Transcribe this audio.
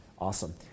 Awesome